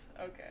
Okay